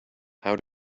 how